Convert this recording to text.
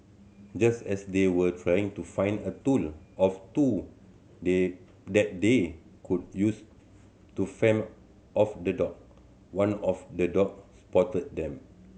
just as they were trying to find a tool of two they that they could use to fend off the dog one of the dog spotted them